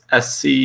SC